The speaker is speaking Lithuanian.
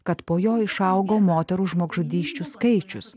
kad po jo išaugo moterų žmogžudysčių skaičius